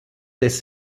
des